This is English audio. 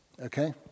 Okay